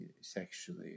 sexually